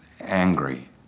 angry